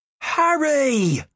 Harry